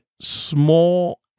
small